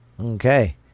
Okay